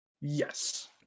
yes